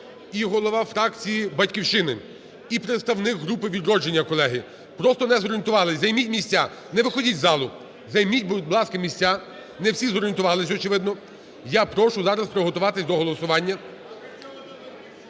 і голова фракції "Батьківщини", і представник групи "Відродження", колеги. Просто не зорієнтувались. Займіть місця. Не виходьте з залу. Займіть, будь ласка, місця. Не всі зорієнтувались, очевидно. Я прошу зараз приготуватись до голосування.